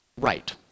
right